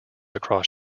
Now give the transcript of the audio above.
across